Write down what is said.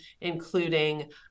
including